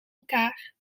elkaar